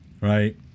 Right